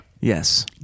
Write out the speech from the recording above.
Yes